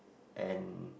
and